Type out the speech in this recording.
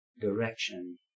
direction